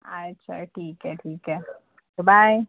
अच्छा ठीक आहे ठीक आहे बाय